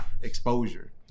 exposure